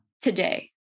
today